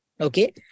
Okay